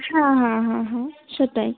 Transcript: হ্যাঁ হ্যাঁ হ্যাঁ হ্যাঁ সেটাই